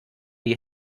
die